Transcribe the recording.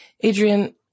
Adrian